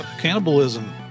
Cannibalism